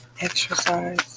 exercise